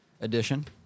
edition